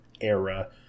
era